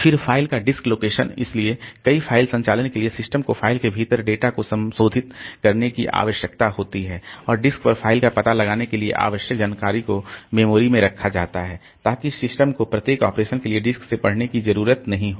फिर फ़ाइल का disk location इसलिए कई फ़ाइल संचालन के लिए सिस्टम को फ़ाइल के भीतर डेटा को संशोधित करने की आवश्यकता होती है और डिस्क पर फ़ाइल का पता लगाने के लिए आवश्यक जानकारी को मेमोरी में रखा जाता है ताकि सिस्टम को प्रत्येक ऑपरेशन के लिए डिस्क से पढ़ने की जरूरत नहीं हो